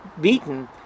beaten